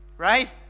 Right